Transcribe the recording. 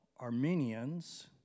Armenians